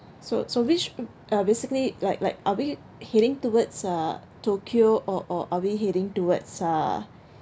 so so which uh basically like like are we heading towards uh tokyo or or are we heading towards uh